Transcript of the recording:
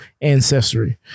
ancestry